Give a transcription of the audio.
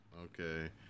Okay